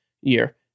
year